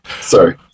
sorry